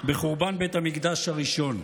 בחורבן בית המקדש הראשון.